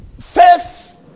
Faith